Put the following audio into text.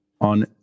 on